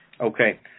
Okay